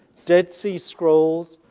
dead sea scrolls,